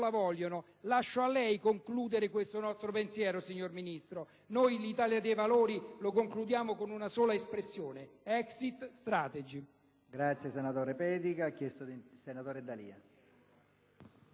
la vogliono..., lascio a lei concludere questo nostro pensiero, signor Ministro. Noi dell'Italia dei Valori lo concludiamo con una sola espressione: *exit strategy*.